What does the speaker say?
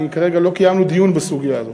כרגע לא קיימנו דיון בסוגיה הזאת.